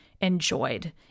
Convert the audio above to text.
enjoyed